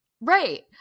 Right